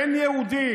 אין יהודי,